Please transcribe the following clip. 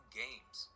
games